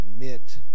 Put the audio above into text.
admit